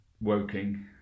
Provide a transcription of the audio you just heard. Woking